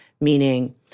meaning